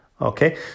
okay